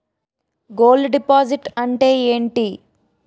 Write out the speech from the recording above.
Gold deposit అంతే ఎంటి?